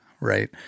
Right